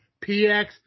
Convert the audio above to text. PX